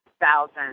Thousand